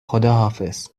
خداحافظ